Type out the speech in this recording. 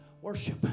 Worship